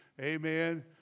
Amen